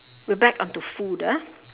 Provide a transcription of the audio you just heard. we back onto food ah